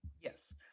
Yes